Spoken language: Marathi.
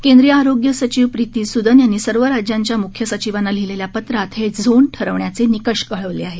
केंद्रीय आरोग्य सचिव प्रीती सुदन यांनी सर्व राज्यांच्या मुख्यसचिवांना लिहीलेल्या पत्रात हे झोन ठरवण्याचे निकष कळवले आहेत